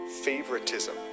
favoritism